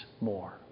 more